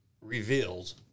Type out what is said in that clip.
reveals